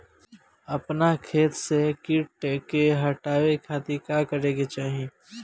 अपना खेत से कीट के हतावे खातिर का करे के चाही?